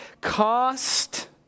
cost